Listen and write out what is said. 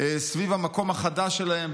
סביב המקום החדש שלהם,